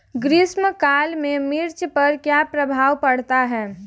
ग्रीष्म काल में मिर्च पर क्या प्रभाव पड़ता है?